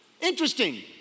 Interesting